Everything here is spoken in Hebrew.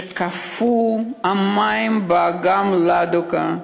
כשקפאו המים באגם לדוגה,